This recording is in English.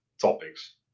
topics